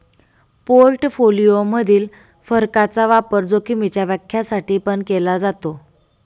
portfolio मधील फरकाचा वापर जोखीमीच्या व्याख्या साठी पण केला जातो